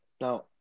now